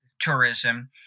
Tourism